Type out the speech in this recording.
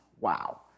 Wow